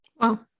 Wow